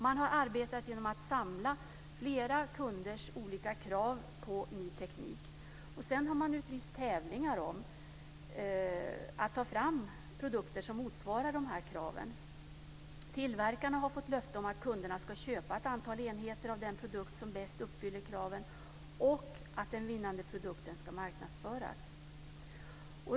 Man har arbetat med att samla flera kunders olika krav på ny teknik. Sedan har man utlyst tävlingar att ta fram produkter som motsvarar kraven. Tillverkarna har fått löfte om att kunderna ska köpa ett antal enheter av den produkt som bäst uppfyller kraven och att den vinnande produkten ska marknadsföras.